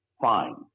Fine